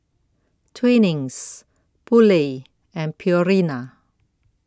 Twinings Poulet and Purina